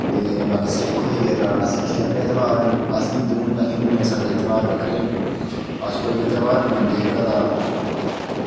ते बाकी सिक्ख होईये तां सिक्खें अपने तयौहार न अस हिन्दु न तां साढ़े हिनेदुएं साढ़ो तयौहार बक्खरे न अस कोई बी तयौहार बनांदे जेह्का तां